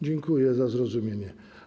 Dziękuję za zrozumienie.